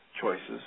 choices